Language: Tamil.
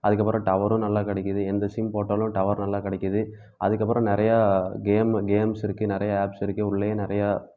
அதற்கப்பறம் டவரும் நல்லா கிடைக்குது எந்த சிம் போட்டாலும் டவர் நல்லா கிடைக்குது அதற்கப்பறம் நிறையா கேம்மு கேம்ஸ் இருக்கு நிறையா ஆப்ஸ் இருக்கு உள்ளேயே நிறையா